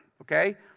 okay